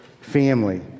family